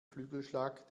flügelschlag